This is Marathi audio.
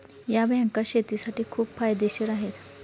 या बँका शेतीसाठी खूप फायदेशीर आहेत